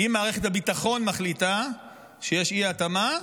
אם מערכת הביטחון מחליטה שיש אי-התאמה,